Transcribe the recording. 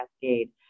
cascade